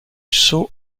saut